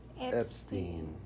Epstein